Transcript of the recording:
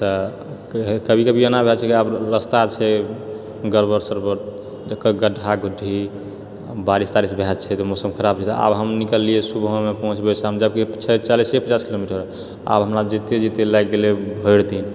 तऽ कभी कभी एना भए जाइ छै कि रस्ता छै गड़बड़ सड़बड़ तऽ गड्ढा गुड्डी बारिश तारिश भए जाइ छै तऽ मौसम खराब छै तऽ आब हम निकलियै सुबहमे पहुँचबै शाम जबकि छै चालीसे पचास किलोमीटर आब हमरा जाइते जाइते लागि गेलै भरि दिन